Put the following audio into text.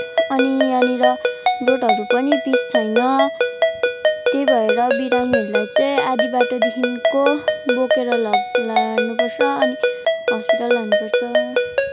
अनि यहाँनिर रोडहरू पनि पिच छैन त्यही भएर बिरामीहरूलाई चाहिँ आधा बाटोदेखिको बोकेर लग लानुपर्छ अनि हस्पिटल लानुपर्छ